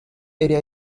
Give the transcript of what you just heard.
area